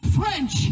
French